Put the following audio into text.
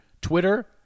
Twitter